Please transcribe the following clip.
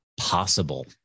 possible